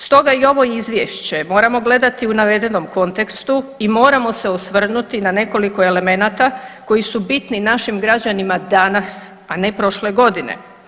Stoga i ovo izvješće moramo gledati u navedenom kontekstu i moramo se osvrnuti na nekoliko elemenata koji su bitni našim građanima danas, a ne prošle godine.